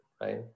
right